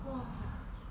!wah!